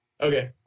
okay